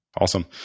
Awesome